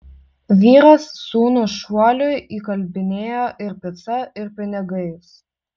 vyras sūnų šuoliui įkalbinėjo ir pica ir pinigais